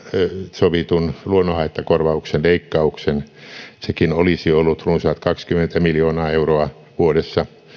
sovitun luonnonhaittakorvauksen leikkauksen sekin olisi ollut runsaat kaksikymmentä miljoonaa euroa vuodessa